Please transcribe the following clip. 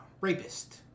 rapist